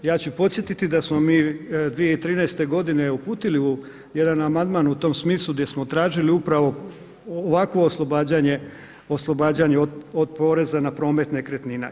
Ja ću podsjetiti da smo mi 2013. godine uputili u jedan amandman u tom smislu gdje smo tražili upravo ovakvo oslobađanje od poreza na promet nekretnina.